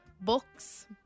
books